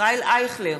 ישראל אייכלר,